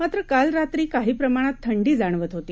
मात्र काल रात्री काही प्रमाणात थंडी जाणवत होती